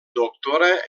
doctora